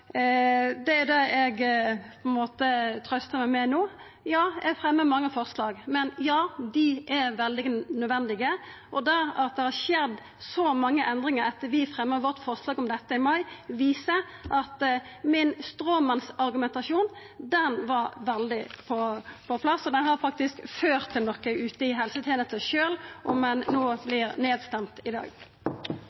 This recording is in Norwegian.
Det er det eg på ein måte trøystar meg med no. Ja, eg fremjar mange forslag, men dei er veldig nødvendige. Og det at det har skjedd så mange endringar etter at vi fremja vårt forslag om dette i mai, viser at min «stråmannsargumentasjon» var veldig på sin plass, og den har faktisk ført til noko ute i helsetenesta sjølv om ein